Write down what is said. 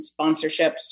sponsorships